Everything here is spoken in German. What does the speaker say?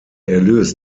erlös